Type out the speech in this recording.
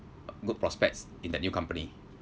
uh good prospects in the new company